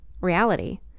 reality